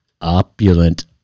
opulent